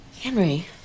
Henry